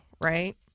Right